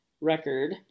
record